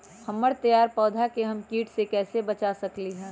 हमर तैयार पौधा के हम किट से कैसे बचा सकलि ह?